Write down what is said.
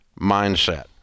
mindset